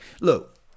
Look